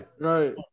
right